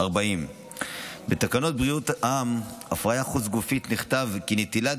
40. בתקנות בריאות העם (הפריה חוץ-גופית) נכתב כי נטילת